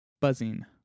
Buzzing